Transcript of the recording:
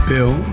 Bill